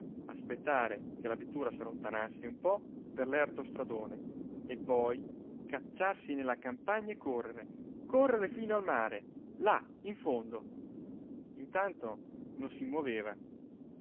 aspettare che la vettura s'allontanasse un po per l'erto stradone e poi cacciarsi nella campagna e correre correre fino al mare là in fondo intanto non si moveva